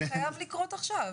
זה חייב לקרות עכשיו.